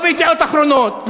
לא ב"ידיעות אחרונות",